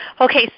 Okay